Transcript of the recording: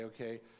okay